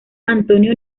antonio